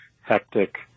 hectic